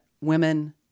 women